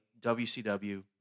WCW